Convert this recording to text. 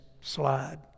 slide